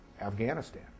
Afghanistan